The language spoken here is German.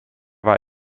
war